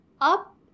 Up